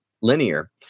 linear